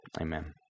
Amen